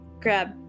grab